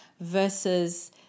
versus